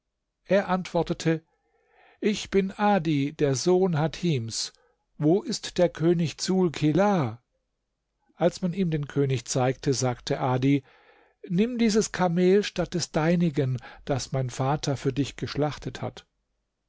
er antwortete ich bin adi der sohn hatims wo ist der könig dsul kelaa als man ihm den könig zeigte sagte adi nimm dieses kamel statt des deinigen das mein vater für dich geschlachtet hat